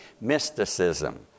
mysticism